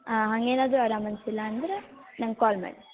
ಹಾಂ ಹಾಗೇನಾದ್ರು ಆರಾಮ್ ಅನ್ಸಿಲ್ಲಾ ಅಂದರೆ ನಂಗೆ ಕಾಲ್ ಮಾಡ್ರಿ